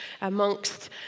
amongst